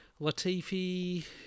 Latifi